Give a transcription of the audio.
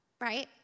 right